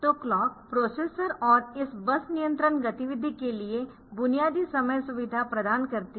तो clock processor और इस बस नियंत्रण गतिविधि के लिए बुनियादी समय सुविधा प्रदान करती है